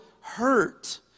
hurt